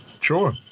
sure